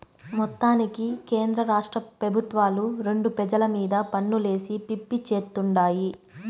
మొత్తానికి కేంద్రరాష్ట్ర పెబుత్వాలు రెండు పెజల మీద పన్నులేసి పిప్పి చేత్తుండాయి